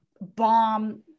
bomb